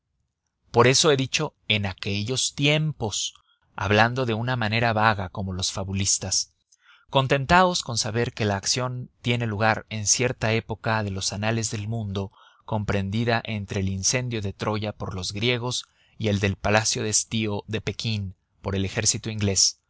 por eso he dicho en aquellos tiempos hablando de una manera vaga como los fabulistas contentaos con saber que la acción tiene lugar en cierta época de los anales del mundo comprendida entre el incendio de troya por los griegos y el del palacio de estío de pekín por el ejército inglés